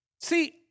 See